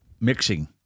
mixing